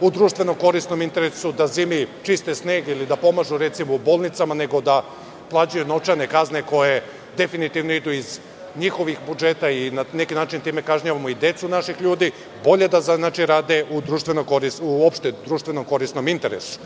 u društveno-korisnom interesu, da zimi čiste sneg ili da pomažu, recimo, u bolnicama, nego da plaćaju novčane kazne koje definitivno idu iz njihovih budžeta i na neki način time kažnjavamo i decu naših ljudi. Bolje da rade u opšte društveno-korisnom interesu.